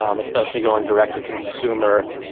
um especially going direct to consumer,